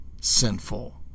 sinful